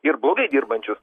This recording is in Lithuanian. ir blogai dirbančius